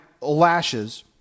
lashes